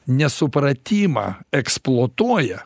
nesupratimą eksploatuoja